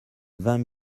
vingt